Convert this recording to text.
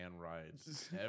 rides